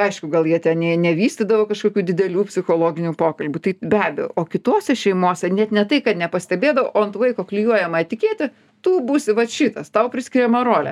aišku gal jie ten nė nevystydavo kažkokių didelių psichologinių pokalbių tai be abejo o kitose šeimose net ne tai kad nepastebėdavo o ant vaiko klijuojama etiketė tu būsi vat šitas tau priskiriama rolė